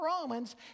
Romans